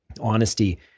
honesty